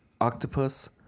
octopus